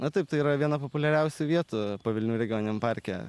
na taip tai yra viena populiariausių vietų pavilnių regioniniam parke